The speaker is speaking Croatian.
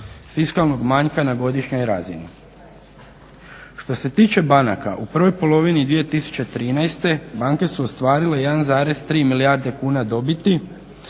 fiskalnog manjka na godišnjoj razini. Što se tiče banaka u prvoj polovini 2013.banke su ostvarile 1,3 milijarde kuna dobiti